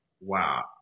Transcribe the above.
Wow